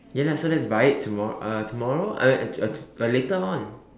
ya lah so let's buy it tomorrow uh tomorrow I mean uh later on